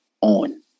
on